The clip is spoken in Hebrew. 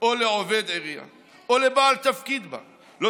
או לעובד עירייה או לבעל תפקיד בה לא